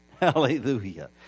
Hallelujah